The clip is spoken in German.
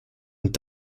und